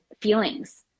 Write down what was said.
feelings